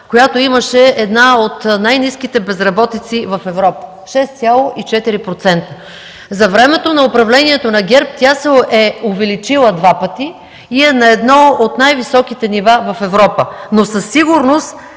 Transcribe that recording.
която имаше една от най-ниските безработици в Европа – 6,4%. За времето на управлението на ГЕРБ тя се е увеличила два пъти и е на едно от най-високите нива в Европа, но със сигурност